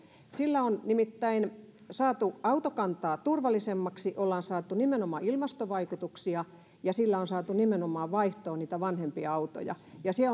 sillä on nimittäin saatu autokantaa turvallisemmaksi on saatu nimenomaan ilmastovaikutuksia ja sillä on saatu vaihtoon nimenomaan vanhempia autoja se